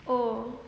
oh